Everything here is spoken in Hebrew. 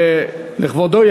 ידוע לכבודו,